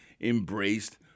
embraced